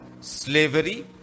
slavery